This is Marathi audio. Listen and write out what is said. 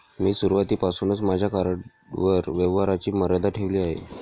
मी सुरुवातीपासूनच माझ्या कार्डवर व्यवहाराची मर्यादा ठेवली आहे